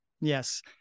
yes